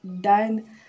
done